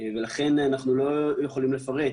ולכן אנחנו לא יכולים לפרט.